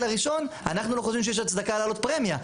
הראשון אנחנו לא חושבים שיש הצדקה להעלות פרמיה.